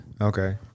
okay